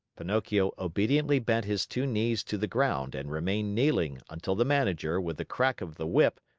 pinocchio obediently bent his two knees to the ground and remained kneeling until the manager, with the crack of the whip,